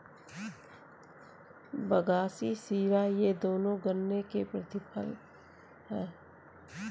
बगासी शीरा ये दोनों गन्ने के प्रतिफल हैं